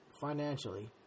financially